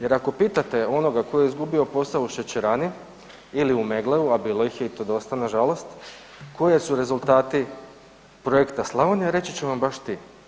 Jer ako pitate onoga koji je izgubio posao u šećerani ili u Meggleu, a bilo ih je i to dosta nažalost, koji su rezultati projekta Slavonija, reći će vam baš ti.